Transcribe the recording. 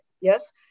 yes